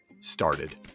started